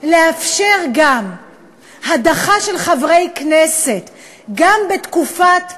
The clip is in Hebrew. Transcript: לאפשר גם הדחה של חברי כנסת גם בתקופת הכהונה,